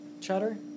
Chatter